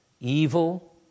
evil